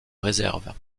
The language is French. réserve